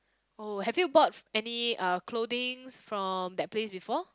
oh have you bought any uh clothings from that place before